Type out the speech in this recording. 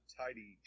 tidy